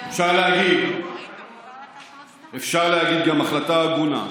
ואפשר להגיד שגם החלטה הגונה,